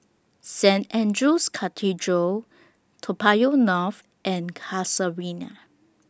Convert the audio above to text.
Saint Andrew's Cathedral Toa Payoh North and Casuarina